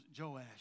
Joash